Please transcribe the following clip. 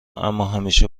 اماهمیشه